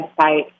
website